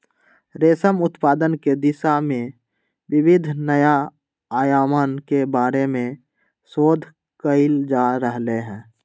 रेशम उत्पादन के दिशा में विविध नया आयामन के बारे में शोध कइल जा रहले है